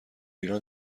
ایران